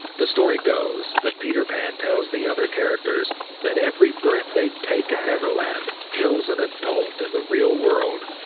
the story goes that peter pan tells the other characters that every breath they take in neverland kills an adult in and the real world,